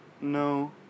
No